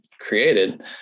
created